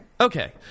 Okay